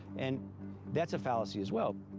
and that's a fallacy as well.